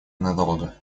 надолго